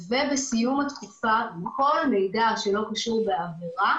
ובסיום התקופה כל המידע שלא קשור בעברה